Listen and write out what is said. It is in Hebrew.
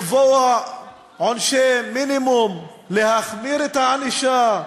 לקבוע עונשי מינימום, להחמיר את הענישה,